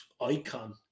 icon